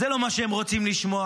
זה לא מה שהם רוצים לשמוע.